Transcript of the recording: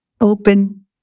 open